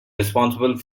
responsible